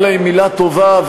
מגיעה להם מילה טובה,